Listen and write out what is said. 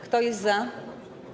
Kto jest za?